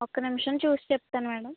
ఒక్క నిమిషం చూసి చెప్తాను మేడం